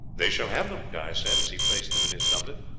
they shall have them, guy said as he placed them in his doublet,